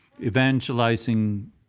evangelizing